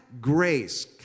grace